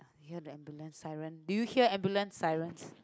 you hear ambulance siren did you hear ambulance sirens